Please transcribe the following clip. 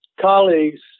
colleagues